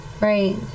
right